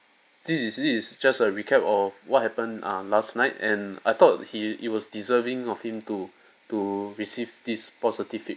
this is this is just a recap of what happened uh last night and I thought he it was deserving of him to to receive this positive feedback